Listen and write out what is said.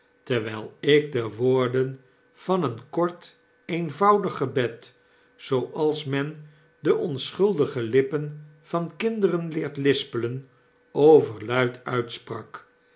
terwyl ik de woorden van een kort eenvoudig gebed zooals men de onschuldige lippen van kinderen leert lispen overluid uitsprak